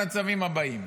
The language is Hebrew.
על הצווים הבאים.